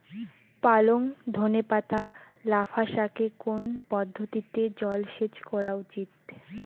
পালং ধনে পাতা লাফা শাকে কোন পদ্ধতিতে জল সেচ করা উচিৎ?